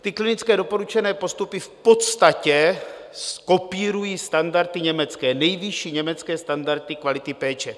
Ty klinické doporučené postupy v podstatě kopírují standardy německé, nejvyšší německé standardy kvality péče.